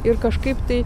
ir kažkaip tai